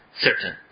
certain